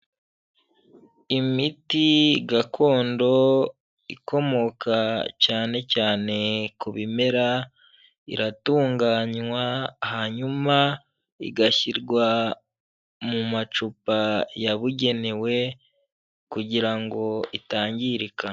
Imiti gakondo ikomoka cyane cyane ku bimera, iratunganywa hanyuma igashyirwa mu macupa yabugenewe kugira ngo itangirika.